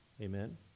Amen